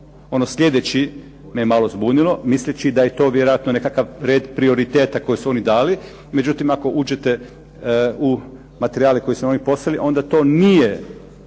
Ono sljedeći me je malo zbunilo, misleći da je to vjerojatno nekakav red prioriteta koji su oni dali. Međutim ako uđete u materijale koje su nam oni poslali, onda to nije,